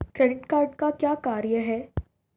Credit card का क्या कार्य है?